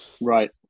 Right